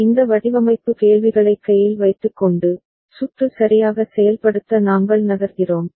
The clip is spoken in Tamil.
Bn எனவே இந்த வடிவமைப்பு கேள்விகளைக் கையில் வைத்துக் கொண்டு சுற்று சரியாக செயல்படுத்த நாங்கள் நகர்கிறோம்